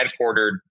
headquartered